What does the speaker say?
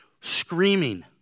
screaming